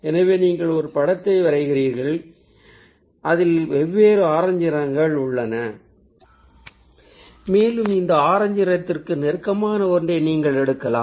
எனவே நீங்கள் ஒரு படத்தை வரைகிறீர்கள் அதில் வெவ்வேறு ஆரஞ்சு நிறங்கள் உள்ளன மேலும் இந்த ஆரஞ்சு நிறத்திற்கு நெருக்கமான ஒன்றை நீங்கள் எடுக்கலாம்